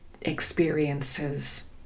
experiences